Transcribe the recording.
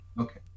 Okay